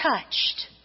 touched